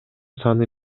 саны